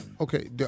okay